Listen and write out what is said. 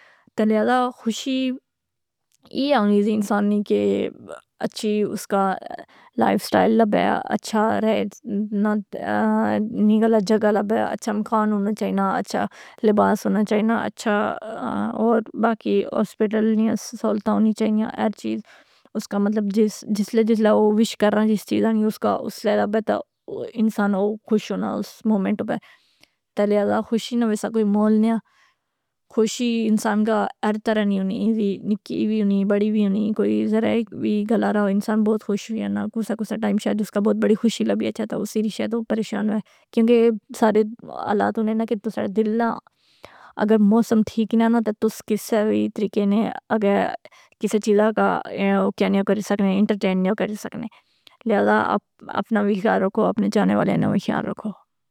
تہ لہٰذا خوشی ایا ہونی سی انسان نی کہ اچھی اس کا لائف اسٹائل لبیہ اچھا رہنے نی گلا جگہ لبیہ اچھا مکان ہونا چائینا، اچھا لباس ہونا چائینا، اور باقی ہوسپٹل نیاں سہولتاں ہونی چائینیاں، ہر چیز اس کا مطلب جسلے جسلے او وش کرناں جس چیزا نیں اس کا اس سے ذیادہ بہترانسان خوش ہونا اس مومنٹ پہ، تہ لہٰذا خوشی نہ ویسا کوئی مول نیا، خوشی انسان کا ہر طرح نیں ہونی، نکی وی ہونی، بڑی وی ہونی، کوئی ذرہ ایک وی گلہ را ہو انسان بہت خوش ہوئی یناں، کسا کسا ٹائم شاید اس کا بہت بڑی خوشی لبی اچھا تہ اسی لی شاید او پریشان وے، کیونکہ سارے حالات ہونے نہ کہ توساڑا دل نہ اگر موسم ٹھیک نیاں نہ تہ توس کسے وی طریقے نے اگے کسے چیزا کا او کی انے او کری سکنے انٹرٹین نیو کری سکنے، لہٰذا آپ اپنا وی خیال رکھو، اپنے چاہنے والیاں نہ وی خیال رکھو.